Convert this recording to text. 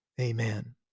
amen